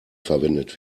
verwendet